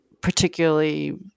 particularly